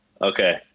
Okay